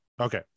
Okay